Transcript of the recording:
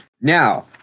Now